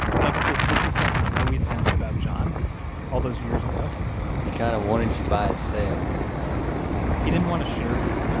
michael says this is something he'd always sensed about john all those years ago he kind of wanted you by himself he didn't want to share you,